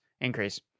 increase